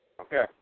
Okay